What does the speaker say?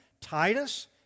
Titus